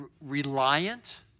reliant